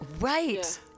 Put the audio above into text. right